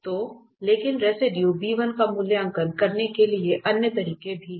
तो लेकिन रेसिडुए का मूल्यांकन करने के लिए अन्य तरीके भी हैं